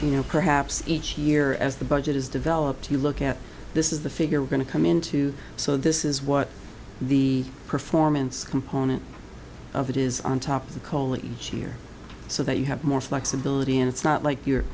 you know perhaps each year as the budget is developed you look at this is the figure we're going to come into so this is what the performance component of it is on top of calling here so that you have more flexibility and it's not like you're